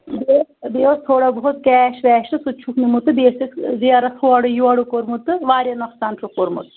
بیٚیہِ بیٚیہِ اوس تھوڑا بہت کیش ویش تہٕ سُہ تہِ چھُکھ نِمُت تہٕ بیٚیہِ ٲسِکھ زیرَس ہورٕ یورٕ کوٚرمُت تہٕ واریاہ نۄقصان چھُکھ کوٚرمُت